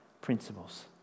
principles